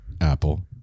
apple